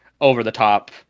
over-the-top